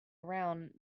around